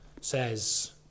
says